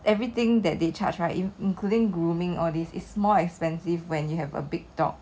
everything that they charged right including grooming all this is more expensive when you have a big dog